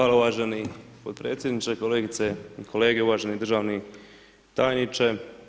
Hvala uvaženi podpredsjedniče, kolegice i kolege, uvaženi državni tajniče.